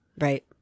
right